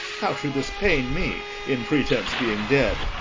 how should this pain me, in pretence being dead,